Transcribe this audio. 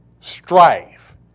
strife